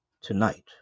tonight